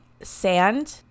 sand